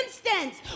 Instance